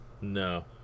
No